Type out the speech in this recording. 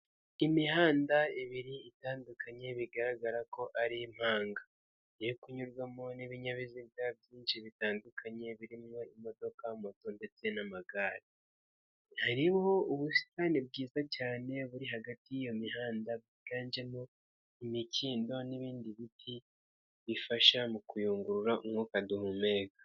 Imihanda ibiri itandukanye bigaragara ko ari impanga, iri kunyurwamo n'ibinyabiziga byinshi bitandukanye birimo imodoka, moto ndetse n'amagare, hariho ubusitani bwiza cyane buri hagati y'iyo mihanda bwiganjemo imikindo n'ibindi biti bifasha mu kuyungurura umwuka duhumeka.